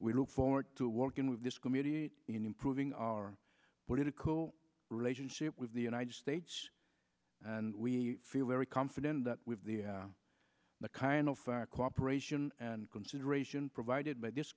we look forward to working with this committee in improving our political relationship with the united states and we feel very confident that with the kind of cooperation and consideration provided by this